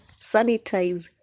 sanitize